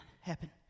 happen